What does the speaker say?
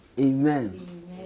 Amen